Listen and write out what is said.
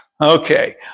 Okay